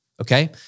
okay